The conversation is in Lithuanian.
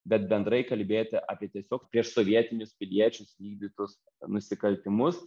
bet bendrai kalbėti apie tiesiog prieš sovietinius piliečius vykdytus nusikaltimus